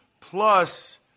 plus